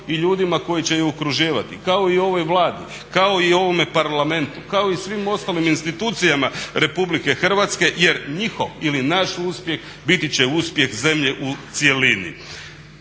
i ljudima koji će ju okruživati, kao i ovoj Vladi, kao i ovome Parlamentu, kao i svim ostalim institucijama RH jer njihov ili naš uspjeh biti će uspjeh zemlje u cjelini.